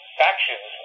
factions